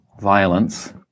violence